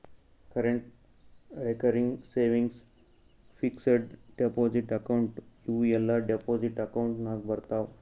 current, recurring, savings, fixed deposit account ಇವೂ ಎಲ್ಲಾ deposit account ನಾಗ್ ಬರ್ತಾವ್